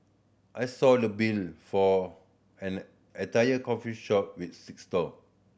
I saw the bill for an entire coffee shop with six stall